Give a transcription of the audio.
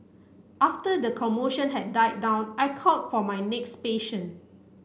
after the commotion had died down I called for my next patient